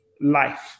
life